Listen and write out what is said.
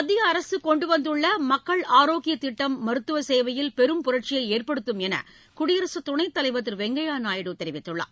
மத்திய அரசு கொண்டு வந்துள்ள மக்கள் ஆரோக்கிய திட்டம் மருத்துவ சேவையில் பெரும் புரட்சியை ஏற்படுத்தும் என்று குடியரசு துணைத்தலைவர் திரு வெங்கையா நாயுடு தெரிவித்துள்ளார்